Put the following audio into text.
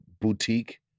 boutique